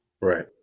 Right